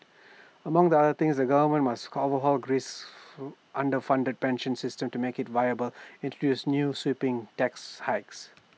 among the other things the government must overhaul Greece's underfunded pension system to make IT viable and introduce sweeping tax hikes